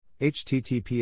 HTTPS (